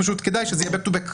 כדאי שזה יהיה back to back.